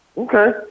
Okay